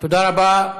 תודה רבה.